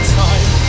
time